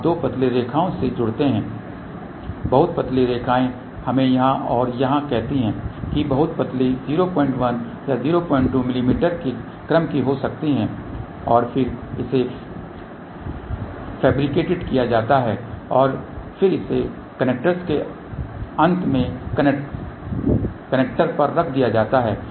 आप दो पतली रेखाओं से जुड़ते हैं बहुत पतली रेखाएँ हमें यहाँ और यहाँ कहती हैं कि बहुत पतली 01 या 02 मिमी के क्रम की हो सकती हैं और फिर इसे फैब्रिकेटेड किया जाता है और फिर इसे कनेक्टर्स के अंत में कनेक्टर पर रख दिया जाता है